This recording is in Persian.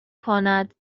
کند